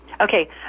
Okay